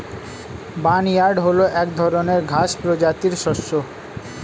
barnyard হল এক ধরনের ঘাস প্রজাতির শস্য